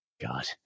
God